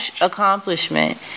accomplishment